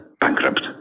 bankrupt